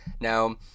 Now